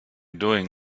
doing